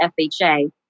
FHA